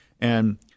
And-